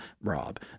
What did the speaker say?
Rob